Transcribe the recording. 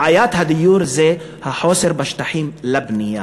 בעיית הדיור זה החוסר בשטחים לבנייה,